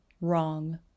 wrong